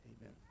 Amen